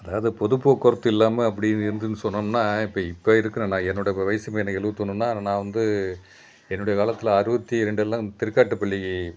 அதாவது பொது போக்குவரத்து இல்லாமல் அப்படி இருந்ததுன்னு சொன்னோம்ன்னால் இப்போ இப்போ இருக்கிற நான் என்னோடய இப்போ வயதுமே எனக்கு எழுவத்தொன்னுன்னா நான் வந்து என்னுடைய காலத்தில் அறுபத்தி ரெண்டெல்லாம் திருக்காட்டுப்பள்ளி